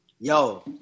Yo